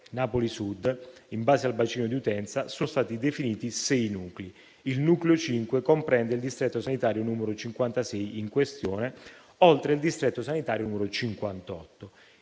Napoli Sud in base al bacino di utenza sono stati definiti sei nuclei. Il nucleo 5 comprende il distretto sanitario n. 56 in questione, oltre al distretto sanitario n. 58,